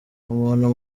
umuntu